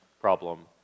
problem